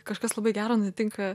kažkas labai gero nutinka